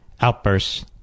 outbursts